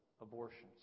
abortions